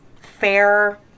fair